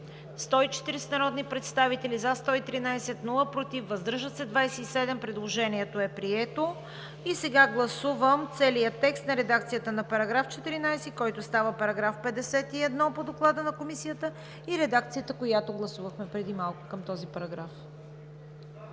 140 народни представители: за 113, против няма, въздържали се 27. Предложението е прието. Сега гласуваме целия текст на редакцията на § 14, който става § 51 по Доклада на Комисията и редакцията, която гласувахме преди малко към този параграф.